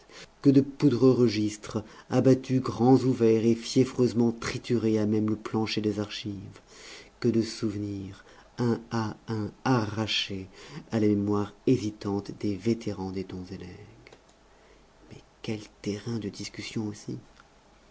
que de poudreux registres abattus grands ouverts et fiévreusement triturés à même le plancher des archives que de souvenirs un à un arrachés à la mémoire hésitante des vétérans des dons et legs mais quel terrain de discussion aussi